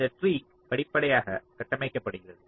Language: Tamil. இந்த ட்ரீ படிப்படியாக கட்டமைக்கப்படுகிறது